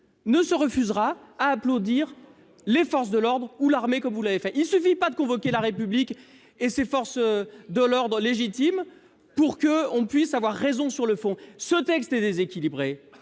ne se refusera à applaudir les forces de l'ordre ou l'armée. Seulement, il ne suffit pas de convoquer la République et ses forces de l'ordre légitimes pour avoir raison sur le fond ! Ce texte est déséquilibré